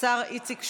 השר איציק שמולי,